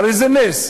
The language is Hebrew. הרי זה נס,